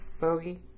Bogey